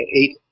eight